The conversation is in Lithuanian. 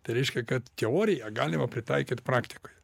tai reiškia kad teoriją galima pritaikyt praktikoje